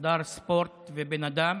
שדר ספורט ובן אדם